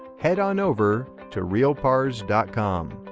head on over to realpars dot com